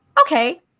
okay